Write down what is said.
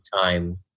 time